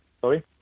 Sorry